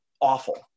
awful